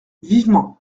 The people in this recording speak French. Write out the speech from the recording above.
vivement